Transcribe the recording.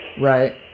Right